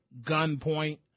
gunpoint